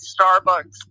Starbucks